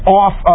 off